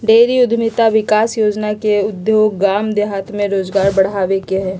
dairy उद्यमिता विकास योजना के उद्देश्य गाम देहात में रोजगार बढ़ाबे के हइ